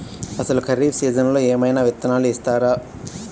అసలు ఖరీఫ్ సీజన్లో ఏమయినా విత్తనాలు ఇస్తారా?